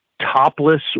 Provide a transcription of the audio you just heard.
topless